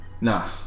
Nah